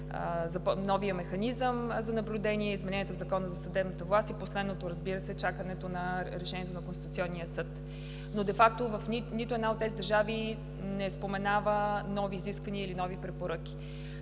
новия механизъм за наблюдение, измененията в Закона за съдебната власт, и последното, разбира се, е чакането на решението на Конституционния съд. Но де факто нито една от тези държави не споменава нови изисквания или нови препоръки,